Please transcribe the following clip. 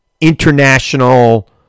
international